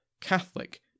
Catholic